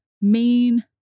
main